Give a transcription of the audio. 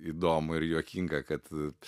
įdomu ir juokinga kad